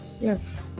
Yes